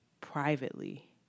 privately